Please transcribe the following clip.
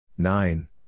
Nine